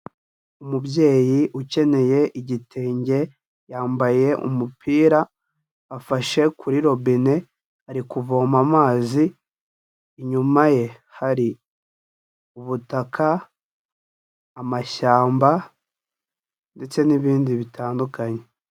Umubyeyi ukeneye igitenge yambaye umupira afashe kuri robine ari kuvoma amazi, inyuma ye hari ubutaka, amashyamba ndetse n'ibindi bitandukanye.